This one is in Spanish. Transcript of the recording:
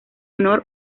honor